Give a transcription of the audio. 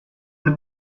the